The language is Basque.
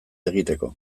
egiteko